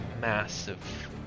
massive